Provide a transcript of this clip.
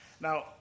Now